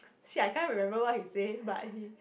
shit I can't remember what he say but he